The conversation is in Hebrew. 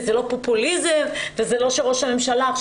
זה לא פופוליזם וזה לא שראש הממשלה עכשיו